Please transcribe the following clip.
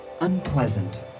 unpleasant